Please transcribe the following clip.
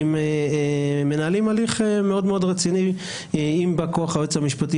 אנחנו מנהלים הליך מאוד רציני עם בא-כוח היועץ המשפטי